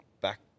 back